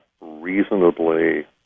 reasonably